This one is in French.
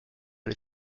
les